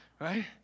right